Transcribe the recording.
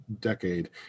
decade